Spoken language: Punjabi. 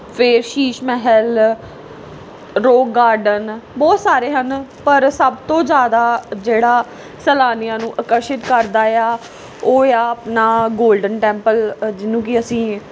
ਫਿਰ ਸ਼ੀਸ਼ ਮਹਿਲ ਰੋਕ ਗਾਰਡਨ ਬਹੁਤ ਸਾਰੇ ਹਨ ਪਰ ਸਭ ਤੋਂ ਜ਼ਿਆਦਾ ਜਿਹੜਾ ਸੈਲਾਨੀਆਂ ਨੂੰ ਆਕਰਸ਼ਿਤ ਕਰਦਾ ਆ ਉਹ ਆ ਆਪਣਾ ਗੋਲਡਨ ਟੈਂਪਲ ਜਿਹਨੂੰ ਕਿ ਅਸੀਂ